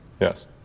Yes